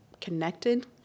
connected